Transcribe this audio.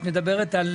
את מדברת על